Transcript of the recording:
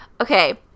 Okay